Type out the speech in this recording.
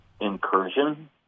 incursion